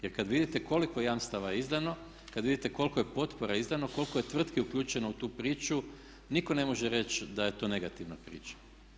Jer kad vidite koliko jamstava je izdano, kad vidite koliko potpora je izdano, koliko je tvrtki uključeno u tu priču nitko ne može reći da je to negativna priča.